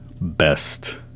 best